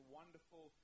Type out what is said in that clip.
wonderful